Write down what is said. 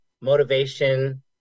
motivation